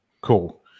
cool